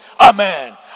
Amen